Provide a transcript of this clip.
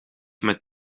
met